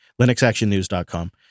linuxactionnews.com